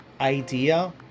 idea